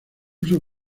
uso